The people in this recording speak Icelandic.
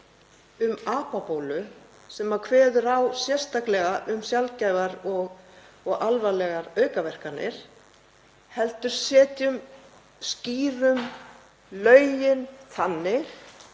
um apabólu sem kveður sérstaklega á um sjaldgæfar og alvarlegar aukaverkanir heldur skýrum lögin þannig